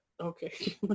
Okay